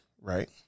right